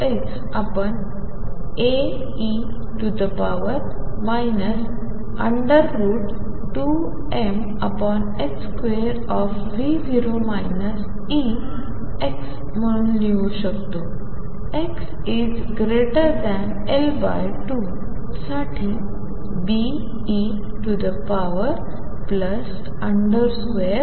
तर x आपण Ae 2m2V0 Ex म्हणून लिहू शकतो xL2 साठी Be2m2V0 ExL2 वर